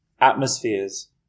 atmospheres